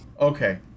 Okay